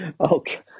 Okay